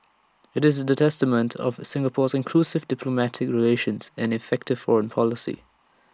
it's the testament of Singapore's inclusive diplomatic relations and effective foreign policy